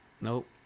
Nope